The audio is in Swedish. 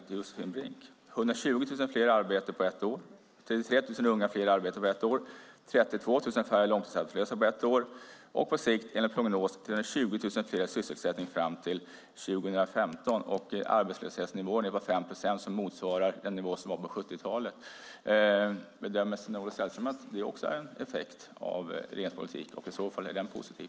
Det har varit 120 000 fler i arbete på ett år, 33 000 fler unga i arbete på ett år och 32 000 färre långtidsarbetslösa på ett år. Enligt prognos ska det på sikt finnas 20 000 fler i sysselsättning fram till 2015. Arbetslöshetsnivån är 5 procent, vilket motsvarar nivån på 70-talet. Bedömer Sven-Olof Sällström att det också är en effekt av regeringens politik? Är den positiv?